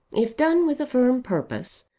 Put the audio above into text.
if done with a firm purpose,